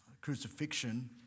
crucifixion